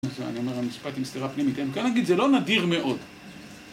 אני אומר, המשפט עם סתירה פנימית, כן? כן נגיד, זה לא נדיר מאוד.